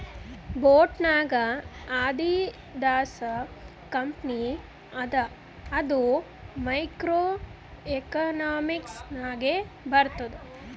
boat ನಾಗ್ Adidas company ಅದ ಅದು ಮೈಕ್ರೋ ಎಕನಾಮಿಕ್ಸ್ ನಾಗೆ ಬರ್ತುದ್